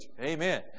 Amen